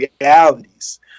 realities